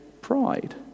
pride